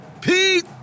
Pete